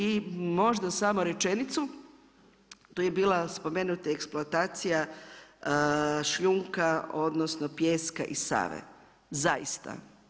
I možda samo rečenicu, tu je bila spomenuta eksploatacija šljunka, odnosno, pijeska i Save, zaista.